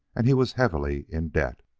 and he was heavily in debt.